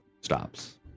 stops